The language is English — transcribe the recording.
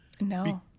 No